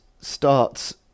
starts